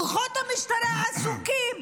כוחות המשטרה עסוקים.